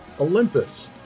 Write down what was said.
Olympus